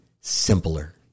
simpler